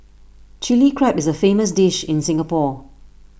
Chilli Crab is A famous dish in Singapore